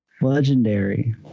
Legendary